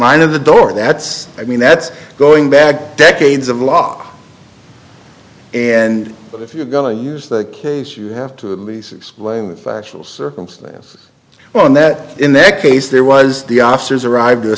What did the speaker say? line of the door that's i mean that's going back decades of law and but if you're going to use that case you have to the movies explain the factual circumstances well and that in that case there was the officers arrived